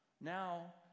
Now